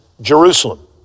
Jerusalem